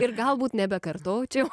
ir galbūt nebekartočiau